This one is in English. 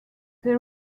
they